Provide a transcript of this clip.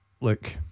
Look